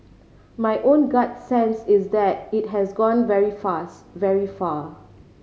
my own gut sense is that it has gone very fast very far